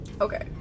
Okay